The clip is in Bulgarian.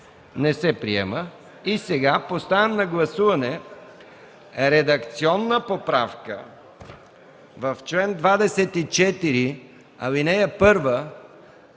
не се приема. Поставям на гласуване редакционна поправка в чл. 24, ал. 1